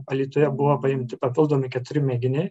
alytuje buvo paimti papildomi keturi mėginiai